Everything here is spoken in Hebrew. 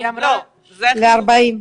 לא, זה חיובי.